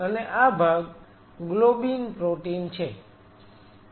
અને આ ભાગ ગ્લોબિન પ્રોટીન છે